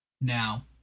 Now